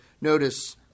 notice